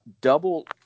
double